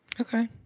Okay